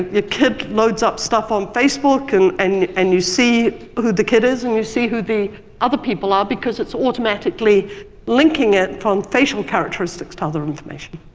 kid loads up stuff on facebook and and and you see who the kid is, and you see who the other people are because it's automatically linking it from facial characteristics to other information.